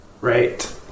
right